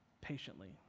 patiently